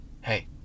hey